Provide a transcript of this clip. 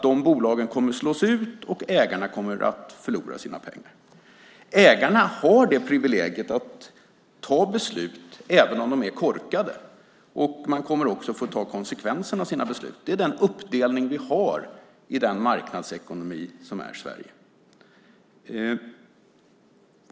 De bolagen kommer att slås ut, och ägarna kommer att förlora sina pengar. Ägarna har privilegiet att fatta beslut även om de är korkade, och de kommer också att få ta konsekvenserna av sina beslut. Det är den uppdelning vi har i den marknadsekonomi som är Sverige.